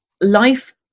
life